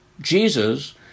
Jesus